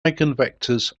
eigenvectors